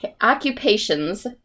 Occupations